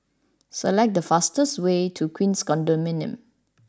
select the fastest way to Queens Condominium